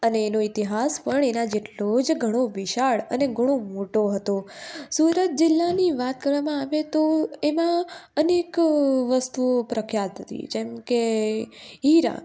અને એનો ઈતિહાસ પણ એના જેટલો જ ઘણો વિશાળ અને ઘણો મોટો હતો સુરત જિલ્લાની વાત કરવામાં આવે તો એમાં અનેક વસ્તુઓ પ્રખ્યાત હતી જેમકે હીરા